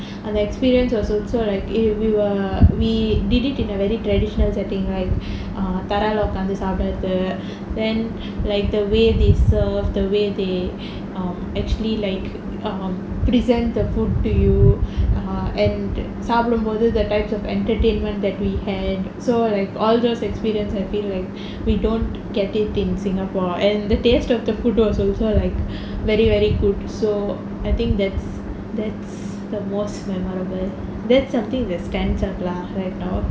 அந்த:antha experience was also like we were we did it in a very traditional setting right தரைல உக்காந்து சாப்டரது:taraila ukkaanthu saaptarathu then like the way they serve the way they um actually like um present the food to you err and சாப்டும்போது:saapdumpothu the types of entertainment that we had so like all those experience I feel like we don't get it in singapore and the taste of the food was also like very very good so I think that's that's the most memorable that's something that stands out lah right now